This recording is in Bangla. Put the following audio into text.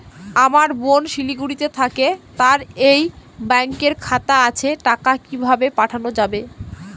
আমার বোন শিলিগুড়িতে থাকে তার এই ব্যঙকের খাতা আছে টাকা কি ভাবে পাঠানো যাবে?